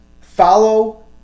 follow